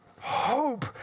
hope